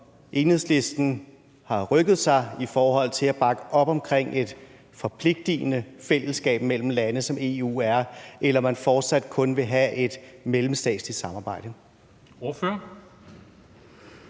om Enhedslisten har rykket sig i forhold til at bakke op om et forpligtende fællesskab mellem lande, som EU er, eller om man fortsat kun vil have et mellemstatsligt samarbejde?